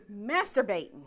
masturbating